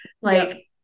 like-